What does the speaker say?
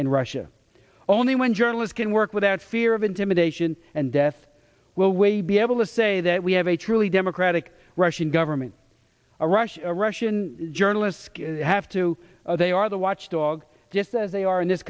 in russia only one journalist can work without fear of intimidation and death will way be able to say that we have a truly democratic russian government or russia or russian journalists have to they are the watchdogs just as they are in this